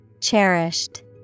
Cherished